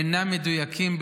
אינם מדויקים,